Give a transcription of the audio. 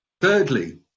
Thirdly